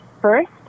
first